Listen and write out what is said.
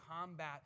combat